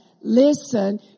Listen